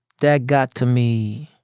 that got to me